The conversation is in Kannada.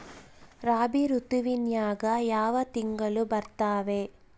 ರಾಬಿ ಋತುವಿನ್ಯಾಗ ಯಾವ ತಿಂಗಳು ಬರ್ತಾವೆ?